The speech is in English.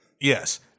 Yes